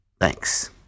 Thanks